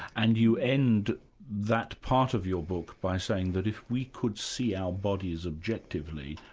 and you end that part of your book by saying that if we could see our bodies objectively,